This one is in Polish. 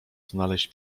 znaleźć